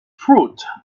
fruit